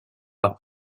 par